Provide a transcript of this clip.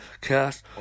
cast